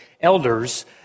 elders